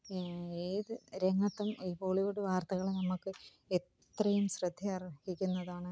ഏത് രംഗത്തും ഈ ഹോളിവുഡ് വാർത്തകൾ നമുക്ക് എത്രയും ശ്രദ്ധ അർഹിക്കുന്നതാണ്